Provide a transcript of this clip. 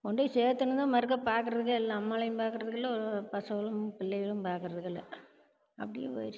கொண்டு போய் சேத்துது தான் மறுக்க பார்க்கறதுக்கே இல்லை அம்மாளையும் பார்க்கறதுக்கு இல்லை ஒரு பசங்களும் பிள்ளைகளும் பார்க்கறதுக்கு இல்லை அப்படியே போயிடுச்சு